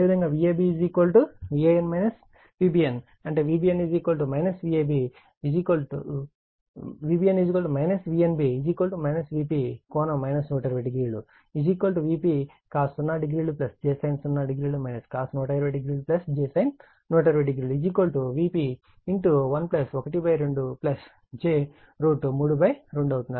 అదేవిధంగా Vab Van Vbn అంటే Vbn Vnb Vp∠ 1200 Vp cos 00 j sin 00 cos 1200 j sin1200 Vp 1 ½ j32 అవుతుంది